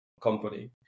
company